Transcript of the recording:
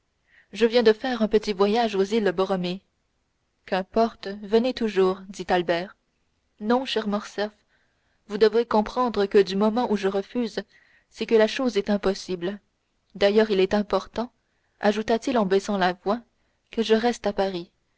je viens de faire un petit voyage aux îles borromées qu'importe venez toujours dit albert non cher morcerf vous devez comprendre que du moment où je refuse c'est que la chose est impossible d'ailleurs il est important ajouta-t-il en baissant la voix que je reste à paris